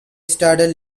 started